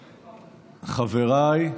חבריי,